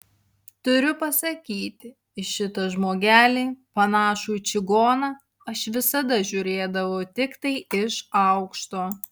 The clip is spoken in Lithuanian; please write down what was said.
turiu pasakyti į šitą žmogelį panašų į čigoną aš visada žiūrėdavau tiktai iš aukšto